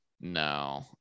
No